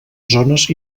zones